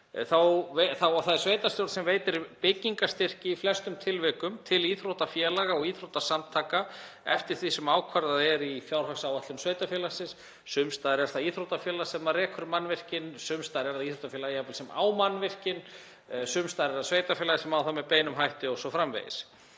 Það er sveitarstjórn sem veitir byggingarstyrki í flestum tilvikum til íþróttafélaga og íþróttasamtaka eftir því sem ákvarðað er í fjárhagsáætlun sveitarfélagsins. Sums staðar er það íþróttafélag sem rekur mannvirkin. Sums staðar er það íþróttafélag jafnvel sem á mannvirkin. Sums staðar er það sveitarfélagið sem á það með beinum hætti o.s.frv.